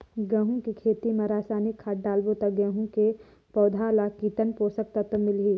गंहू के खेती मां रसायनिक खाद डालबो ता गंहू के पौधा ला कितन पोषक तत्व मिलही?